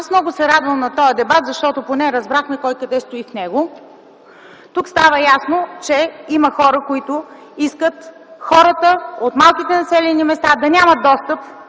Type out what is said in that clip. Много се радвам на този дебат, защото поне разбрахме кой къде стои в него. Тук става ясно, че има хора, които искат хората от малките населени места да нямат достъп